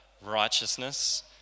righteousness